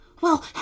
Well